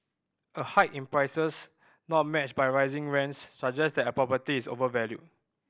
a hike in prices not matched by rising rents suggest that a property is overvalued